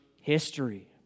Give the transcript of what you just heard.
history